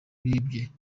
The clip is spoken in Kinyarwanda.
bibye